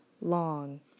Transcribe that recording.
long